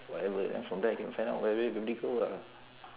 whatever from there I can find out where everybody go ah